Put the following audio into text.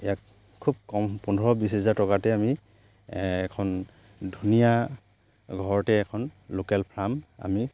ইয়াক খুব কম পোন্ধৰ বিছ হেজাৰ টকাতে আমি এখন ধুনীয়া ঘৰতে এখন লোকেল ফাৰ্ম আমি